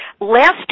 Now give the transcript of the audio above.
Last